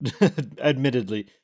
admittedly